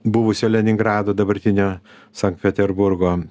buvusio leningrado dabartinio sankt peterburgo